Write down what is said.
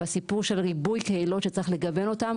הסיפור של ריבוי קהילות שצריך לגוון אותם,